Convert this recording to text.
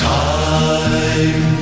time